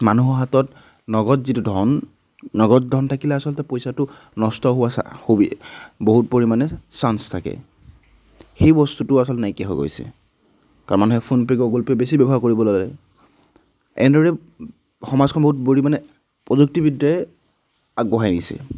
মানুহৰ হাতত নগদ যিটো ধন নগদ ধন থাকিলে আচলতে পইচাটো নষ্ট হোৱা বহুত পৰিমাণে চান্স থাকে সেই বস্তুটো আচলতে নাইকিয়া হৈ গৈছে তাৰমানে মানুহে ফোনপে' গুগল পে' বেছি ব্যৱহাৰ কৰিবলৈ ল'লে এনেদৰে সমাজখন বহু পৰিমাণে প্ৰযুক্তিবিদ্যাই আগবঢ়াই নিছে